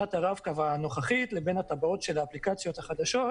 שיטת הרב-קו הנוכחית לבין הטבעות של האפליקציות החדשות.